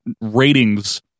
ratings